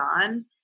on